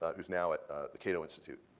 ah who's now at the cato institute,